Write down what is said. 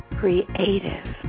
creative